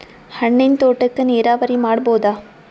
ಹಣ್ಣಿನ್ ತೋಟಕ್ಕ ನೀರಾವರಿ ಮಾಡಬೋದ?